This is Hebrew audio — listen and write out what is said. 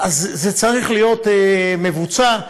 זה צריך להיות מבוצע.